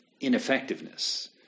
ineffectiveness